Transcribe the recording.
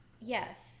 yes